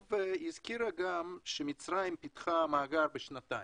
הזכירה הנציגה גם שמצרים פתחה מאגר בשנתיים.